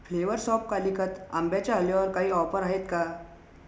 flavours of Calicut आंब्याच्या हलव्यावर काही ऑफर आहेत का